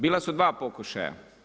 Bila su dva pokušaja.